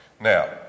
Now